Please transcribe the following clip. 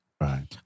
Right